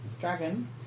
Dragon